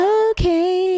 okay